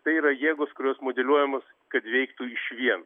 tai yra jėgos kurios modeliuojamos kad veiktų išvien